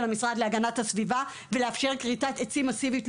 המשרד להגנת הסביבה ולאפשר כריתת עצים מסיבית,